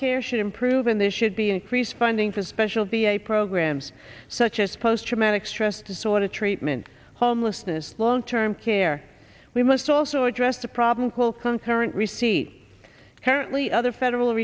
care should improve and there should be increased funding for special the a programs such as post traumatic stress disorder treatment homelessness long term care we must also address the problem call concurrent receipt currently other federal